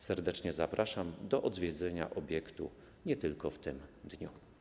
Serdecznie zapraszam do odwiedzenia obiektu, nie tylko w tym dniu.